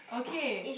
okay